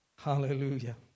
Hallelujah